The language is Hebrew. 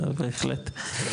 בהחלט.